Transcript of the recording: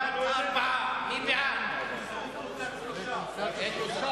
עזרא לסעיף 20, משרד החינוך, לא נתקבלו.